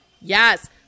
Yes